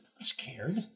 scared